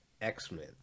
x-men